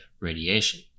radiation